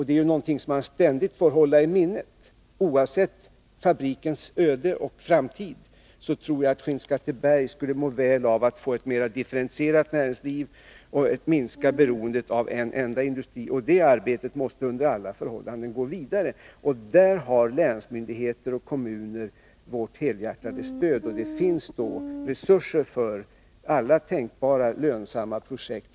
Det är någonting som man ständigt får hålla i minnet. Oavsett fabrikens framtida öde tror jag att Skinnskatteberg skulle må väl av att få ett mer differentierat näringsliv och ett minskat beroende av en enda industri. Det arbetet måste under alla förhållanden gå vidare. Där har länsmyndigheter och kommuner vårt helhjärtade stöd, och det finns resurser till förfogande för alla tänkbara lönsamma projekt.